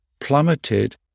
plummeted